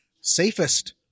safest